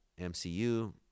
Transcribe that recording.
MCU